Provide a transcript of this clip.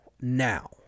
now